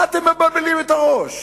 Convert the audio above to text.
מה אתם מבלבלים את הראש?